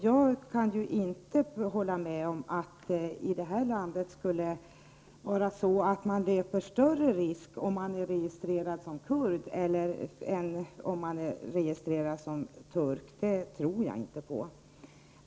Jag kan inte hålla med om att man i detta land löper större risk om man är registrerad som kurd än om man är registrerad som turk. Det tror jag inte på.